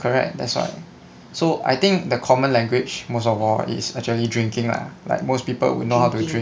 correct that's what so I think the common language most of all is actually drinking lah like most people would know how to drink